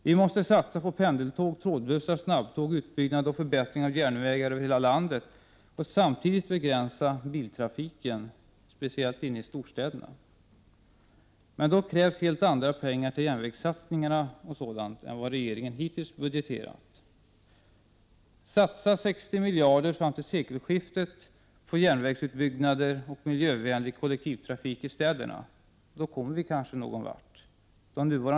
Vi måste satsa på pendeltåg, trådlösa snabbtåg, utbyggnad och förbättring av järnvägar över hela landet och samtidigt begränsa biltrafiken, speciellt inne i storstäderna. Men för detta krävs helt andra belopp till järnvägssatsningar m.m. än vad regeringen hittills har budgeterat. Satsa 60 miljarder fram till sekelskiftet på järnvägsutbyggnader och miljövänlig kollektivtrafik i städerna! Då kommer vi kanske någon vart.